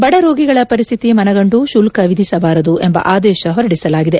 ಬಡ ರೋಗಿಗಳ ಪರಿಸ್ತಿತಿ ಮನಗಂಡು ಶುಲ್ಲ ವಿಧಿಸಬಾರದು ಎಂಬ ಆದೇಶ ಹೊರಡಿಸಲಾಗಿದೆ